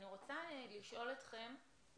אני אתן לך להתייחס,